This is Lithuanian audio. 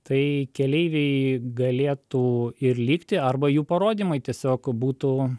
tai keleiviai galėtų ir likti arba jų parodymai tiesiog būtų